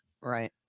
right